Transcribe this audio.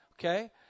okay